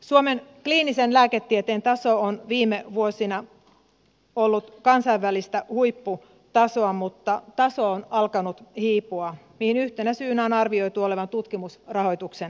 suomen kliinisen lääketieteen taso on viime vuosina ollut kansainvälistä huipputasoa mutta se on alkanut hiipua minkä yhtenä syynä on arvioitu olevan tutkimusrahoituksen vähenemisen